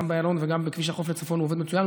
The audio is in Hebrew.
גם באיילון וגם בכביש החוף לצפון הוא עובד מצוין,